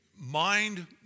Mind